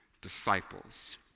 Disciples